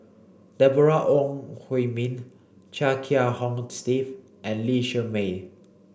Deborah Ong Hui Min Chia Kiah Hong Steve and Lee Shermay